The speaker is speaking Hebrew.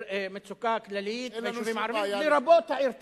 מצוקה כללית ביישובים הערביים, לרבות העיר טייבה.